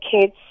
kids